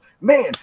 man